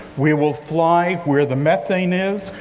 we will fly where the methane is.